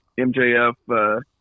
MJF